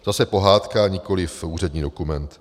Zase pohádka, nikoliv úřední dokument.